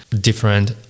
different